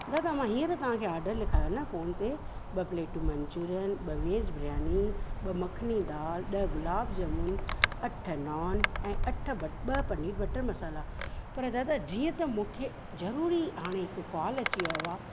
दादा मां हींअर तव्हां खे ऑडर लिखायो न फोन ते ॿ प्लेटूं मंचूरिअन ॿ वेज बिरयानी ॿ मखनी दाल ॾह गुलाब जामुन अठ नान ऐं अठ ॿ पनीर बटर मसाला पर दादा जीअं त मूंखे ज़रूरी हाणे हिकु कॉल अची वियो आहे